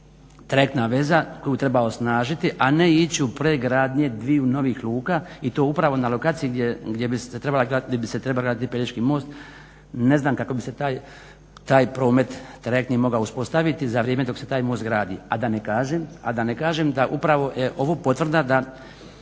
trajekta veza koju treba osnažiti, a ne ići u pregradnje dviju novih luka i to upravo na lokaciji gdje bi se trebao graditi Pelješki most. Ne znam kako bi se taj promet trajektni mogao uspostaviti za vrijeme dok se taj most gradi, a da ne kažem da je upravo ovo potvrda da